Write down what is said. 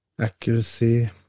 accuracy